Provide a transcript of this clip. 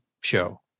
show